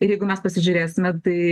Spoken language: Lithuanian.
ir jeigu mes pasižiūrėsime tai